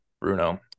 bruno